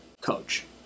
coach